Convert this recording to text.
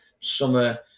summer